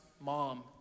mom